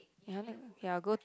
ya ya good